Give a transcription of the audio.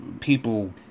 people